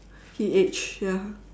he aged ya